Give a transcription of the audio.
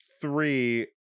three